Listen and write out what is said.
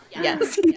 Yes